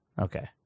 Okay